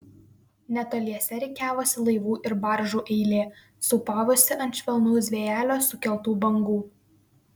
netoliese rikiavosi laivų ir baržų eilė sūpavosi ant švelnaus vėjelio sukeltų bangų